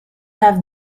have